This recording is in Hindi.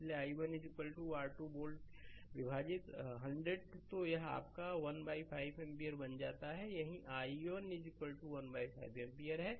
इसलिए i1 R20 वोल्ट विभाजित 100 तो यह आपका 15 एम्पियरबन जाएगा यहीं यह i1 15 एम्पियर है